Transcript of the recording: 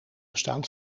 bestaan